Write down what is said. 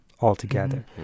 altogether